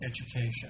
education